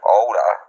older